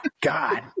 god